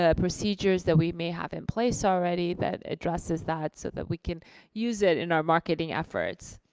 ah procedures that we may have in place already that addresses that, so that we could use it in our marketing efforts.